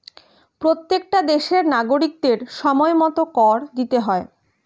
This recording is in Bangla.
প্রত্যেকটা দেশের নাগরিকদের সময়মতো কর দিতে হয়